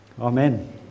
Amen